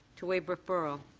to waive referral.